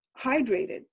hydrated